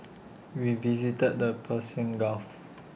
we visited the Persian gulf